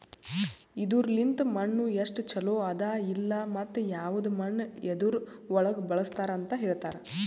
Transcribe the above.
ಇದುರ್ ಲಿಂತ್ ಮಣ್ಣು ಎಸ್ಟು ಛಲೋ ಅದ ಇಲ್ಲಾ ಮತ್ತ ಯವದ್ ಮಣ್ಣ ಯದುರ್ ಒಳಗ್ ಬಳಸ್ತಾರ್ ಅಂತ್ ಹೇಳ್ತಾರ್